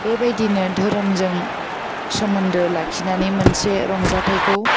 बेबायदिनो धोरोमजों सोमोन्दो लाखिनानै मोनसे रंजाथाइखौ